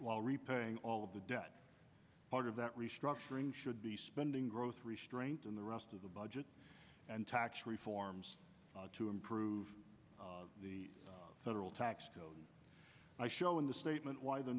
while repaying all of the debt part of that restructuring should be spending growth restraint in the rest of the budget and tax reforms to improve the federal tax code i show in the statement why the